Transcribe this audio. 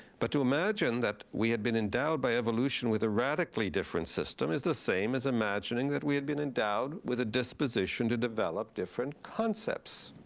but to imagine that we had been endowed by evolution with a radically different system is the same as imagining that we had been endowed with a disposition to develop different concepts.